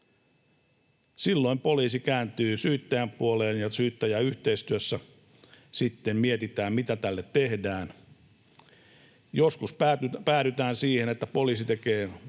Silloin poliisi kääntyy syyttäjän puoleen ja syyttäjäyhteistyössä sitten mietitään, mitä tälle tehdään. Joskus päädytään siihen, että poliisi tekee